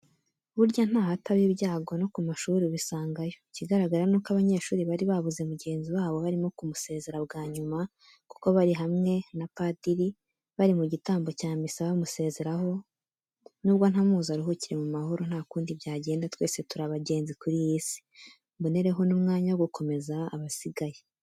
Burya ntahataba ibyago no ku mashuri Ubisangayo ikigaragara nuko abanyeshuri bari babuze mugenzi wabo barimo kumusezera bwanyuma kuko bari hamwe na padiri bari mu gitambo cya misa bamusezeraho nubwo ntamuzi aruhukire mu mahoro ntakundi byagenda twese turi abagenzi kuri iyi si. Mbonereho n'umwanya wo gukomeza abasigaye.